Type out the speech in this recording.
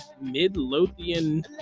Midlothian